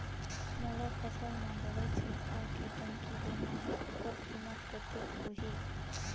मोला फसल मां दवाई छिड़काव के टंकी लेना हे ओकर कीमत कतेक होही?